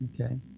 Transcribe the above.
Okay